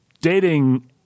dating